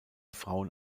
frauen